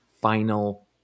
final